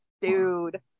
dude